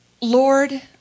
Lord